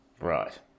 Right